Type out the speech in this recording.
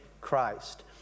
Christ